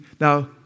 Now